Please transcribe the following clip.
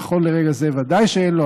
נכון לרגע זה ודאי שאין לו,